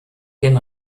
den